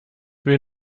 will